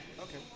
okay